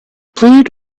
plead